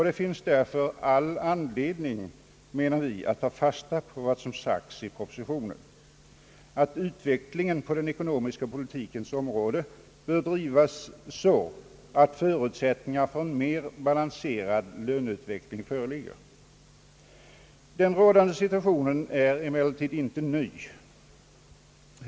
Det finns därför all anledning att ta fasta på vad som sagts i propositionen, nämligen att utvecklingen på den ekonomiska politikens område bör äGrivas så att förutsättningar för en mera balanserad löneutveckling föreligger. Den rådande situationen är emellertid inte ny.